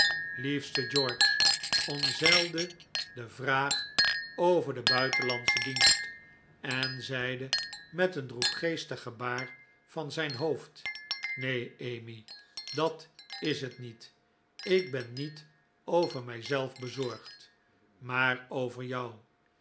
liefste george omzeilde de vraag over den buitenlandschen dienst en zeide met een droefgeestig gebaar van zijn hoofd nee emmy dat is het niet ik ben niet over mijzelf bezorgd maar over jou